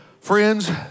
Friends